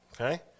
Okay